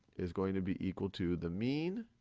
is going to be equal to the mean